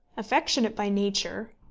affectionate by nature,